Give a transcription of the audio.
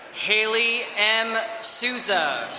haley m. sousa.